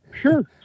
sure